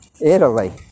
Italy